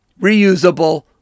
reusable